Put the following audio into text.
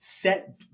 set